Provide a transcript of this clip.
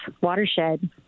watershed